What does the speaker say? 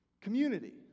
Community